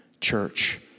church